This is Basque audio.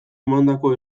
emandako